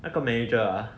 那个 manager ah